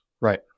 Right